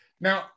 Now